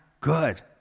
good